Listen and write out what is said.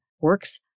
Works